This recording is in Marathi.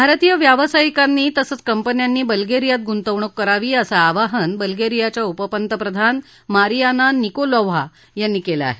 भारतीय व्यवसायिकांनी तसंच कंपन्यांनी बल्गेरियात गुंतवणूक करावी असं आवाहन बल्गेरियाच्या उपपंतप्रधान मारीयाना निकोलोव्हा यांनी केलं आहे